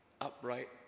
Upright